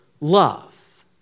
love